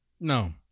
No